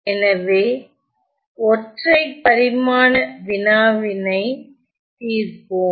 எனவே ஒற்றைப் பரிமாண வினாவினை தீர்ப்போம்